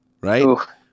right